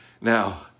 Now